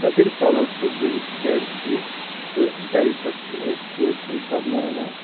أدٕرۍ پَلو تہٕ بیٚیہِ بیڈ شیٖٹ تہٕ ڈایپر چھ أسۍ سۭتۍ سۭتۍ بدلاوان